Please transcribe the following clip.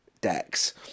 decks